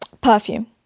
Perfume